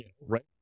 right